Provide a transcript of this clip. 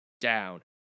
Down